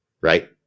right